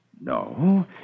No